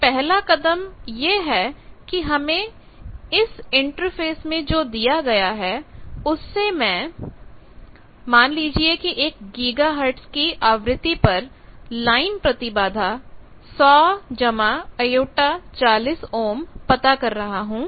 तो पहला कदम यह है कि हमें इसइंटरफेस में जो दिया गया है उससे मैं मान लीजिए कि 1 गीगाहर्टज की आवृत्ति पर लाइन प्रतिबाधा 100 j 40 Ω पता कर रहा हूं